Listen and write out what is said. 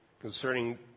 concerning